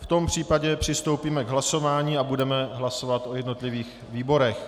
V tom případě přistoupíme k hlasování a budeme hlasovat o jednotlivých výborech.